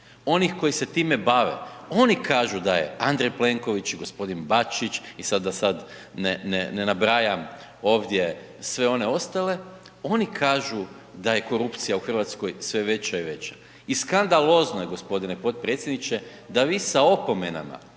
onih koji se time bave, oni kažu da je Andrej Plenković, gospodin Bačić i sad da sad ne nabrajam ovdje sve one ostale, oni kažu da je korupcija u Hrvatskoj sve veća i veća. I skandalozno je gospodine potpredsjedniče da vi sa opomenama